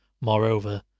Moreover